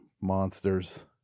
monsters